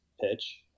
pitch